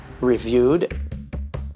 reviewed